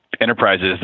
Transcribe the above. enterprises